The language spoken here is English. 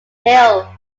hill